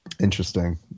Interesting